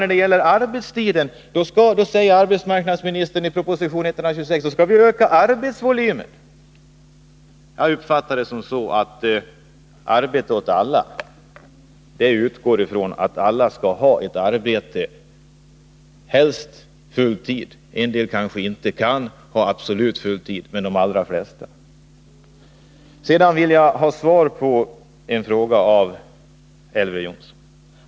När det gäller arbetstiden säger arbetsmarknadsministern i proposition 126 att vi skall öka arbetsvolymen. Jag uppfattar det så att ”arbete åt alla” betyder att alla skall ha ett arbete, helst full tid. En del kanske inte kan arbeta absolut full tid, men de flesta kan göra det. Sedan vill jag att Elver Jonsson skall svara på en annan fråga.